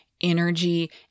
energy